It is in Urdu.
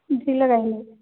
جی لگائیں گے